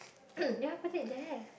ya put it there